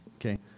Okay